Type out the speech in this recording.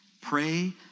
pray